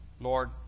Lord